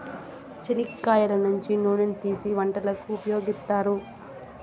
చెనిక్కాయల నుంచి నూనెను తీసీ వంటలకు ఉపయోగిత్తారు